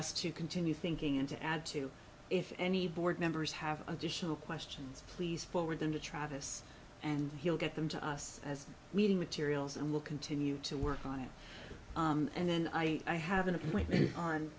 us to continue thinking and to add to if any board members have additional questions please forward them to travis and he'll get them to us as the meeting materials and we'll continue to work on it and then i have an appointment on